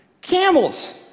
camels